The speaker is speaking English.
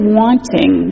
wanting